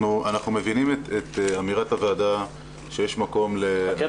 אנחנו מבינים את אמירת הוועדה שיש מקום ל- -- חכה,